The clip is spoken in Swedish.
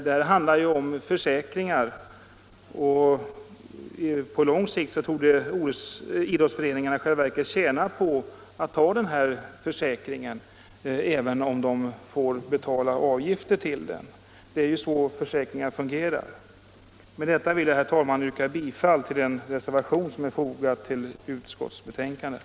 Det handlar ju om försäkringar, och på lång sikt torde idrottsföreningarna i själva verket tjäna på att teckna försäkring, även om de får betala avgifter till den. Det är ju så försäkringar fungerar. Med detta vill jag, herr talman, yrka bifall till den reservation som är fogad till utskottsbetänkandet.